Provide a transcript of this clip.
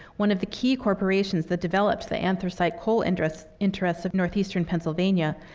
one of the key corporations that developed the anthracite coal interests interests of northeastern pennsylvania,